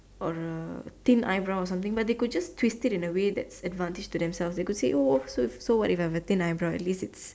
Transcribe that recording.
or a thin eyebrow or something but they could just twist it in a way that's advantage to themselves they could say oh so so what if I have a thin eyebrow at least it's